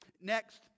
Next